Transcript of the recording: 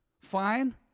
fine